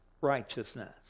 righteousness